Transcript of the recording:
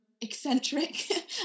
eccentric